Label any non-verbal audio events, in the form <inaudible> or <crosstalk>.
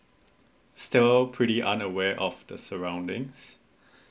still pretty unaware of the surroundings <breath>